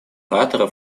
оратора